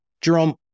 Jerome